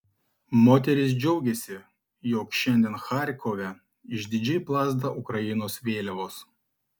moteris džiaugiasi jog šiandien charkove išdidžiai plazda ukrainos vėliavos